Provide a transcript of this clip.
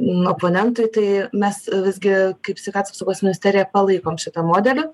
oponentui tai mes visgi kaip sveikatos apsaugos ministerija palaikom šitą modelį